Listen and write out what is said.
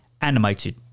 animated